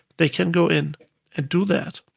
they can go in and do that.